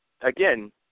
again